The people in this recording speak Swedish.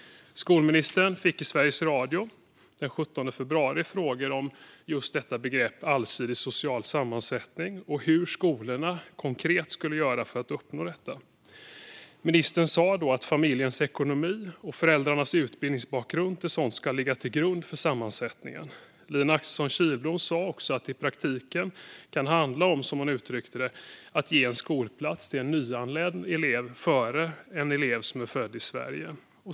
Skolministern fick i Sveriges Radio den 17 februari frågor om just begreppet allsidig social sammansättning och hur skolorna konkret skulle göra för att uppnå detta. Ministern sa då att familjens ekonomi och föräldrarnas utbildningsbakgrund är sådant som ska ligga till grund för sammansättningen. Lina Axelsson Kihlblom sa också att det i praktiken kan handla om, som hon uttryckte det, att ge en skolplats till en nyanländ elev före en elev som är född i Sverige.